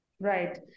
Right